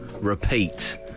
repeat